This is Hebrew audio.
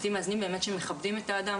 בתים מאזנים שבאמת מכבדים את האדם,